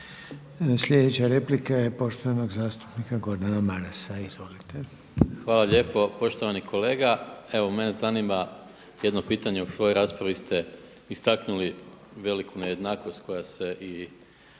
Sljedeća replika je poštovanog zastupnika Gordana Marasa. Izvolite. **Maras, Gordan (SDP)** Hvala lijepo poštovani kolega. Evo mene zanima jedno pitanje u svojoj raspravi ste istaknuli veliku nejednakost koja se i